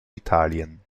italien